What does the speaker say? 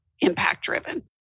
impact-driven